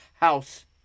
house